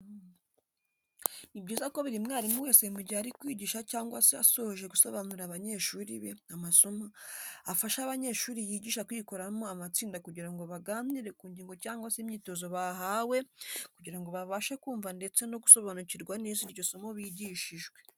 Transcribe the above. Ni byiza ko buri mwarimu wese mu gihe ari kwigisha cyangwa se asoje gusobanurira abanyeshuri be amasomo, afasha abanyeshuri yigisha kwikoramo amatsinda kugira baganire ku ngingo cyangwa se imyitozo bahawe kugira ngo babashe kumva ndetse no gusobanukirwa neza iryo somo bigishijwe.